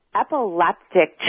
Epileptic